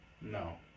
No